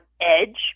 edge